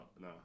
No